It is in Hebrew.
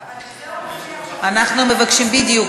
על זה הוא מופיע עכשיו, אנחנו מבקשים, בדיוק.